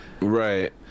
Right